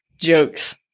jokes